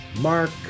Mark